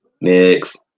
Next